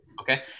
Okay